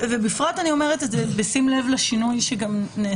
בפרט אני אומרת את זה בשים לב לשינוי שנעשה